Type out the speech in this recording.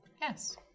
Yes